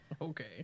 Okay